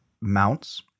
mounts